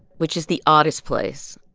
which is the oddest place.